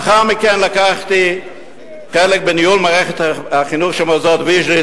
לאחר מכן לקחתי חלק בניהול מערכת החינוך של מוסדות ויז'ניץ